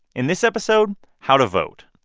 in this episode how to vote.